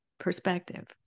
perspective